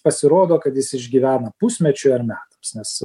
pasirodo kad jis išgyvena pusmečiui ar metams nes